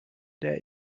der